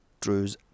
Drew's